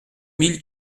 mille